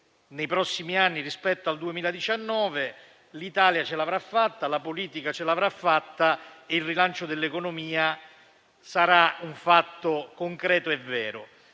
nei prossimi anni rispetto al 2019, l'Italia ce l'avrà fatta, la politica ce l'avrà fatta e il rilancio dell'economia sarà un fatto concreto.